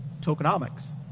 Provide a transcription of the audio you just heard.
tokenomics